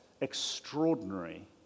extraordinary